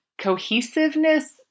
cohesiveness